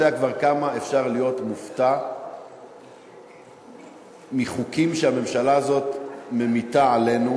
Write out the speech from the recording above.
אני לא יודע כמה אפשר להיות מופתע מחוקים שהממשלה שהזאת ממיטה עלינו,